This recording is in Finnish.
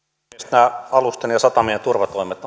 nämä alusten ja satamien turvatoimet